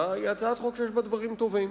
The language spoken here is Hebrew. היא הצעת חוק שיש בה דברים טובים,